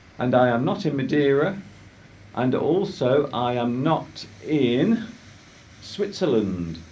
and i am not in madeira and also i am not in switzerland